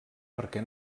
perquè